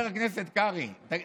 מה זאת אומרת?